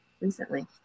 recently